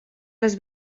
les